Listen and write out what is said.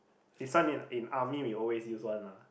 this one in in army we always use one lah